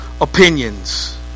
opinions